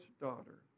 daughter